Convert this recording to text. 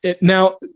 Now